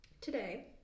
today